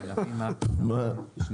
שנייה,